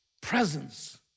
Presence